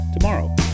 tomorrow